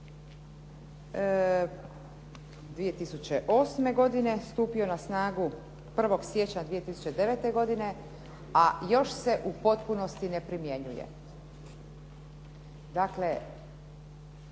2008. godine, stupio na snagu 1. siječnja 2009. godine, a još se u potpunosti ne primjenjuje.